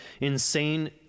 insane